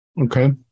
Okay